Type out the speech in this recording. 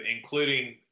including